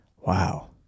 Wow